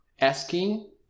asking